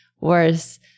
worse